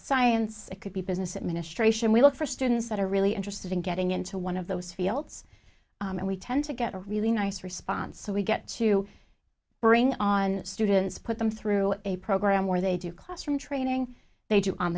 science it could be business administration we look for students that are really interested in getting into one of those fields and we tend to get a really nice response so we get to bring on students put them through a program where they do classroom training they do on